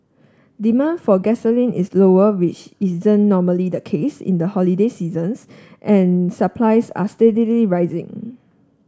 demand for gasoline is lower which isn't normally the case in the holiday seasons and supplies are steadily rising